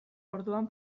orduan